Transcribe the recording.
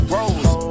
Rose